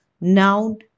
noun